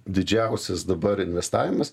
didžiausias dabar investavimas